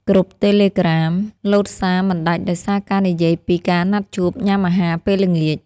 គ្រុបតេឡេក្រាម លោតសារមិនដាច់ដោយសារការនិយាយពីការណាត់ជួបញ៉ាំអាហារពេលល្ងាច។